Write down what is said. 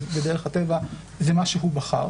אז בדרך הטבע זה מה שהוא בחר.